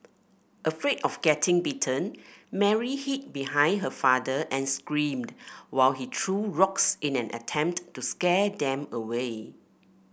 afraid of getting bitten Mary hid behind her father and screamed while he threw rocks in an attempt to scare them away